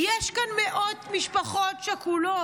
יש כאן מאות משפחות שכולות.